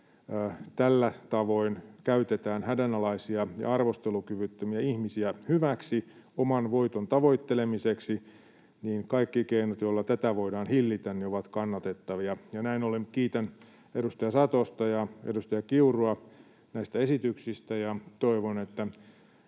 tällä tavoin käytetään hädänalaisia ja arvostelukyvyttömiä ihmisiä hyväksi oman voiton tavoittelemiseksi, ovat kannatettavia. Näin ollen kiitän edustaja Satosta ja edustaja Kiurua näistä esityksistä ja toivon, että